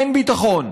אין ביטחון.